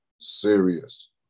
Serious